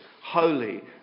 Holy